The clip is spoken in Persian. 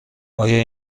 آیا